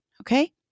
okay